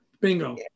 Bingo